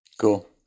Cool